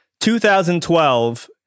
2012